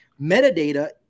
metadata